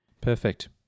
Perfect